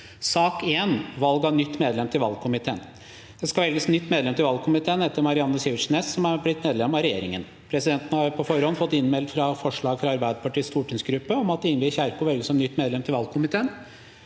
Valg av nytt medlem til valgkomiteen Presidenten Det skal velges nytt med- lem til valgkomiteen etter Marianne Sivertsen Næss, som er blitt medlem av regjeringen. Presidenten har på forhånd fått innmeldt forslag fra Arbeiderpartiets stortingsgruppe om at Ingvild Kjerkol velges som nytt medlem til valgkomiteen.